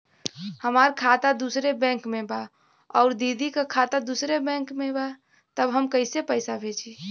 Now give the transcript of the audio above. हमार खाता दूसरे बैंक में बा अउर दीदी का खाता दूसरे बैंक में बा तब हम कैसे पैसा भेजी?